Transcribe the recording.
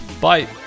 Bye